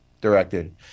directed